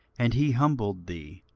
and he humbled thee,